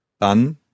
Dann